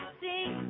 sing